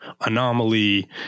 anomaly